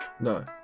No